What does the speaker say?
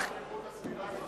השר לאיכות הסביבה מתנגד?